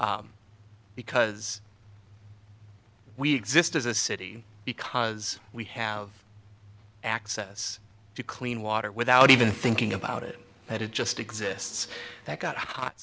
because we exist as a city because we have access to clean water without even thinking about it but it just exists that got